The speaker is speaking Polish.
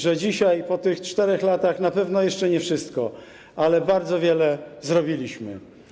Że dzisiaj, po tych 4 latach, na pewno jeszcze nie wszystko, ale bardzo wiele zrobiliśmy.